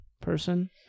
person